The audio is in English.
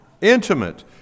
Intimate